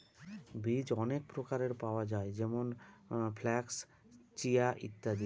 বীজ অনেক প্রকারের পাওয়া যায় যেমন ফ্লাক্স, চিয়া, ইত্যাদি